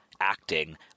Acting